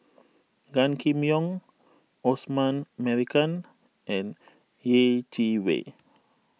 Gan Kim Yong Osman Merican and Yeh Chi Wei